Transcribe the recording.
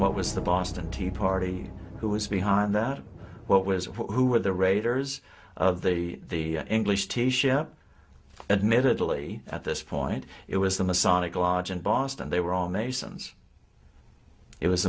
what was the boston tea party who was behind that what was it who were the raiders of the the english tea shop admittedly at this point it was the masonic lodge in boston they were all masons it was